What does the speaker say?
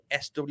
SW